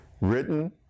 Written